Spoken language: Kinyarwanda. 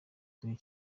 kuri